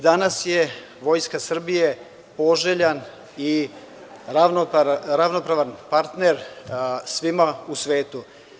Danas je Vojska Srbije poželjan i ravnopravan partner svima u svetu.